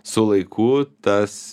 su laiku tas